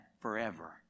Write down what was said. Forever